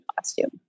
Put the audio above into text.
costume